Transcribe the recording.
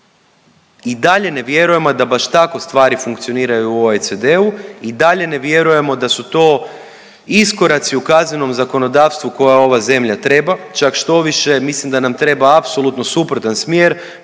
I dalje ne vjerujemo da baš tako stvari funkcioniraju u OECD-u, i dalje ne vjerujemo da su to iskoraci u kaznenom zakonodavstvu koje ova zemlja treba. Čak štoviše, mislim da nam treba apsolutno suprotan smjer,